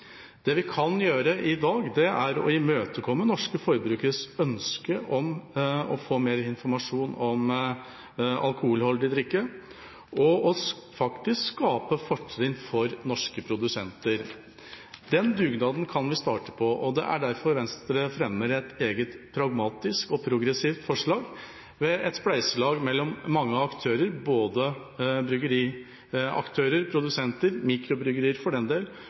Det vi kan gjøre i dag, er å imøtekomme norske forbrukeres ønske om å få mer informasjon om alkoholholdig drikke og faktisk skape fortrinn for norske produsenter. Den dugnaden kan vi starte på, og det er derfor Venstre fremmer et eget, pragmatisk og progressivt forslag om et spleiselag mellom mange aktører – både bryggeriaktører, produsenter, mikrobryggerier, for den del,